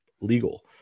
legal